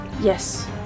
Yes